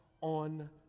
on